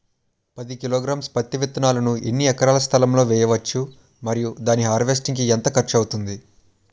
పది కిలోగ్రామ్స్ పత్తి విత్తనాలను ఎన్ని ఎకరాల స్థలం లొ వేయవచ్చు? మరియు దాని హార్వెస్ట్ కి ఎంత ఖర్చు అవుతుంది?